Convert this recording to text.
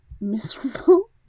miserable